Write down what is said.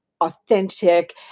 authentic